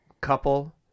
couple